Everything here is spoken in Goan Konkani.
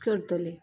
करतली